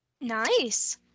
Nice